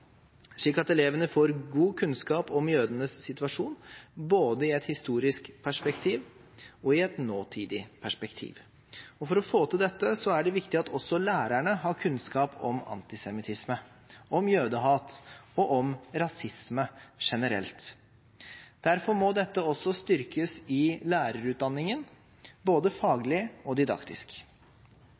slik at elevene får god kunnskap om jødenes situasjon både i et historisk perspektiv og i et nåtidig perspektiv. For å få til dette er det viktig at også lærerne har kunnskap om antisemittisme, om jødehat og om rasisme generelt. Derfor må dette også styrkes i lærerutdanningen, både faglig og didaktisk.